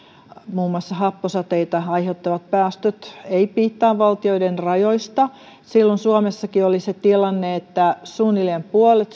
muun muassa happosateita aiheuttavat päästöt eivät piittaa valtioiden rajoista silloin suomessakin oli se tilanne että suunnilleen puolet